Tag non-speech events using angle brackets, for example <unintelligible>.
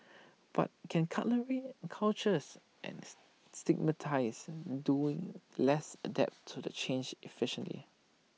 but can <unintelligible> cultures and <unintelligible> stigmatise doing less adapt to the change efficiently